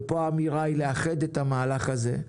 ופה האמירה היא לאחד את המהלך הזה,